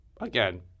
again